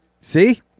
see